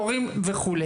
הורים וכו'.